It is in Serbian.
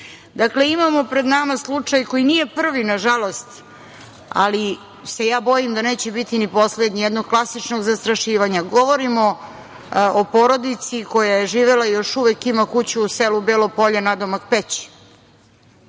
smislu. Dakle, imamo pred nama slučaj koji nije prvi, nažalost, ali se ja bojim da neće biti ni poslednji, jednog klasičnog zastrašivanja. Govorim o porodici koja je živela i još uvek ima kuću u selu Belo Polje nadomak Peći.